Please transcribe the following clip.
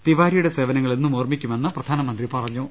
തിവാ രിയുടെ സേവനങ്ങൾ എന്നും ഓർമ്മിക്കുമെന്ന് പ്രധാനമന്ത്രി പറഞ്ഞു